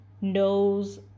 knows